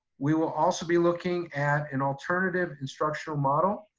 we will also be looking at an alternative instructional model.